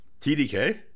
TDK